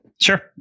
Sure